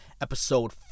Episode